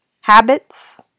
Habits